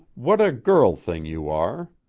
what a girl-thing you are!